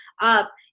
up